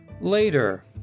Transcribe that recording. Later